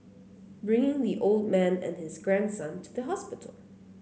bringing the old man and his grandson to the hospital